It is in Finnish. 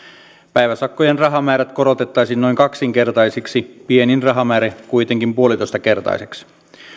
päiväsakkojen rahamäärät korotettaisiin noin kaksinkertaisiksi pienin rahamäärä kuitenkin puolitoistakertaiseksi